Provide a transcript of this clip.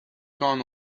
gone